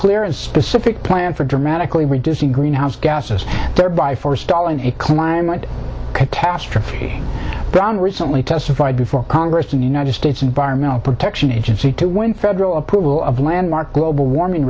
clear and specific plan for dramatically reducing greenhouse gases thereby forestalling a climate catastrophe brown recently testified before congress in the united states environmental protection agency to win federal approval of landmark global warming